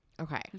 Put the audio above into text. okay